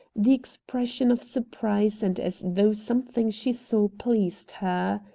the expression of surprise and as though something she saw pleased her.